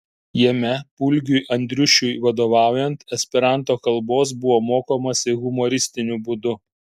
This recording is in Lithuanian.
jame pulgiui andriušiui vadovaujant esperanto kalbos buvo mokomasi humoristiniu būdu